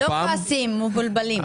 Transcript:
לא כועסים, מבולבלים.